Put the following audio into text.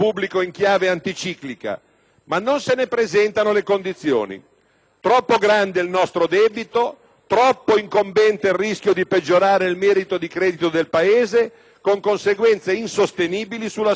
troppo incombente il rischio di peggiorare il merito di credito del Paese con conseguenze insostenibili sulla spesa per interessi. La prima risposta non viene sposata dal Governo Berlusconi.